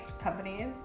companies